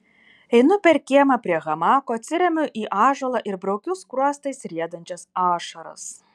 einu per kiemą prie hamako atsiremiu į ąžuolą ir braukiu skruostais riedančias ašaras